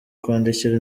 kwandikira